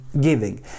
giving